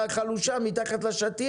שהיא נשמעה בקול ענות חלושה מתחת לשטיח.